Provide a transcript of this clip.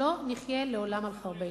שלא נחיה לעולם על חרבנו.